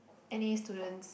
N_A students